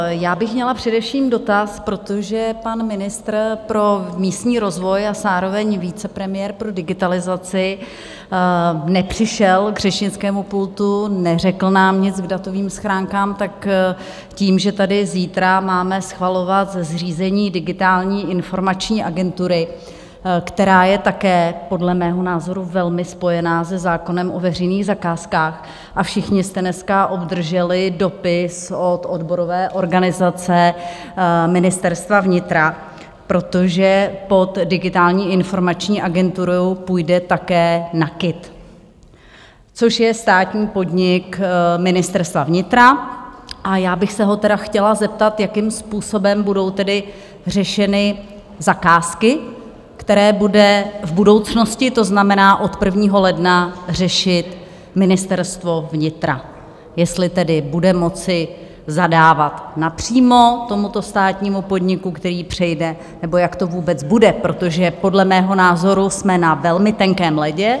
Já bych měla především dotaz, protože pan ministr pro místní rozvoj a zároveň vicepremiér pro digitalizaci nepřišel k řečnickému pultu, neřekl nám nic k datovým schránkám, tak tím, že tady zítra máme schvalovat zřízení Digitální informační agentury, která je také podle mého názoru velmi spojená se zákonem o veřejných zakázkách, a všichni jste dneska obdrželi dopis od odborové organizace Ministerstva vnitra, protože pod Digitální informační agenturu půjde také NAKIT, což je státní podnik Ministerstva vnitra, a já bych se ho tedy chtěla zeptat, jakým způsobem budou tedy řešeny zakázky, které bude v budoucnosti, to znamená od 1. ledna, řešit Ministerstvo vnitra, jestli tedy bude moci zadávat napřímo tomuto státnímu podniku, který přejde, nebo jak to vůbec bude, protože podle mého názoru jsme na velmi tenkém ledě.